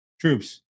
troops